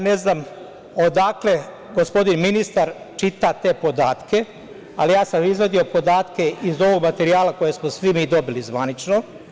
Ne znam odakle gospodin ministar čita te podatke, ali ja sam izvadio podatke iz ovog materijala koji smo svi mi dobili zvanično.